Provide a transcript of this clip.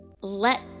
let